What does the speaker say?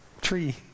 tree